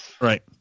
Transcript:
Right